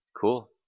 Cool